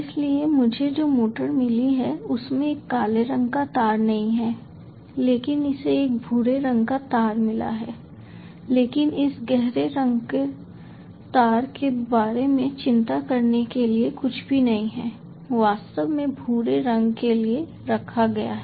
इसलिए मुझे जो मोटर मिली है उसमें एक काले रंग का तार नहीं है लेकिन इसे एक भूरे रंग का तार मिला है लेकिन इस गहरे रंग तार के बारे में चिंता करने के लिए कुछ भी नहीं है वास्तव में भूरे रंग के लिए रखा गया है